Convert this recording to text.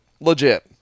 Legit